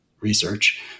research